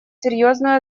серьезную